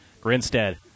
Grinstead